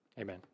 Amen